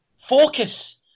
Focus